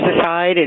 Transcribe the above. aside